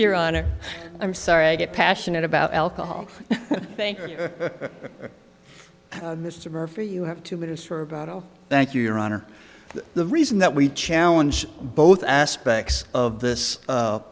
your honor i'm sorry get passionate about alcohol mr murphy you have two minutes for about oh thank you your honor the reason that we challenge both aspects of this